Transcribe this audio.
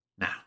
Now